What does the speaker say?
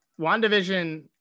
WandaVision